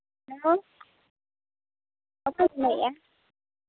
hello ᱚᱠᱚᱭᱮᱢ ᱞᱟᱹᱭᱮᱫᱟ